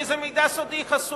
כי זה מידע סודי חסוי,